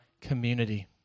community